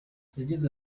yagize